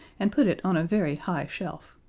and put it on a very high shelf.